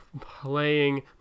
playing